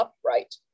upright